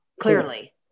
clearly